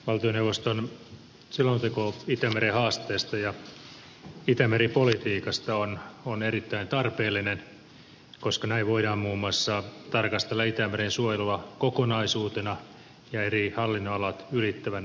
valtioneuvoston selonteko itämeren haasteista ja itämeri politiikasta on erittäin tarpeellinen koska näin voidaan muun muassa tarkastella itämeren suojelua kokonaisuutena ja eri hallinnonalat ylittävänä ongelmana